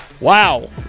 wow